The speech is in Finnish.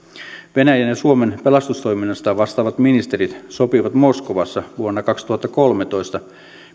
venäjän ja suomen pelastustoiminnasta vastaavat ministerit sopivat moskovassa vuonna kaksituhattakolmetoista